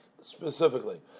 specifically